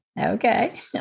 Okay